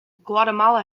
guatemala